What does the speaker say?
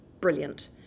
brilliant